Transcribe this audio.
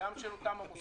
וגם של אותם המוסדות.